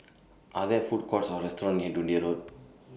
Are There Food Courts Or restaurants near Dundee Road